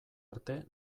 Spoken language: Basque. arte